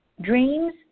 Dreams